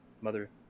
Mother